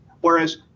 whereas